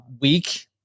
week